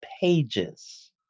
pages